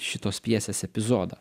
šitos pjesės epizodą